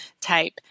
type